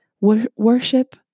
Worship